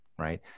right